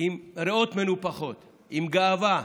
עם ריאות מנופחות, עם גאווה,